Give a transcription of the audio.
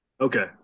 Okay